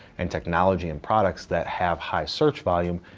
and technology and products that have high search volume,